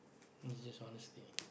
it's just honesty